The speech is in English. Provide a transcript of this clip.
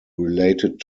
related